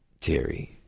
Terry